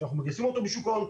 אנחנו מגייסים אותו משוק הון,